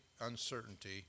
uncertainty